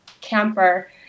camper